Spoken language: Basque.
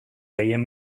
gehien